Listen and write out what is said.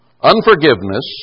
Unforgiveness